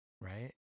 right